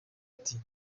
ati